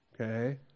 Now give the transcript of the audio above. Okay